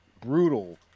brutal